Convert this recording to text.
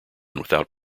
without